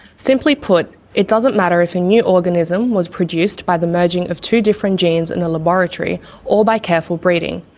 simply put, it doesn't matter if a new organism was produced by the merging of two different genes in a laboratory or by careful breeding.